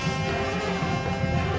and